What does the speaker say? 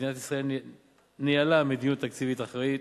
מדינת ישראל ניהלה מדיניות תקציבית אחראית,